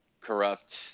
corrupt